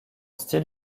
style